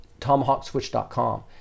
TomahawkSwitch.com